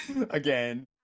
again